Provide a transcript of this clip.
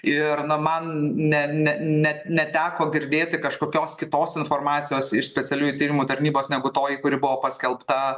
ir na man ne ne ne neteko girdėti kažkokios kitos informacijos iš specialiųjų tyrimų tarnybos negu toji kuri buvo paskelbta